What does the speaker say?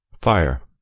Fire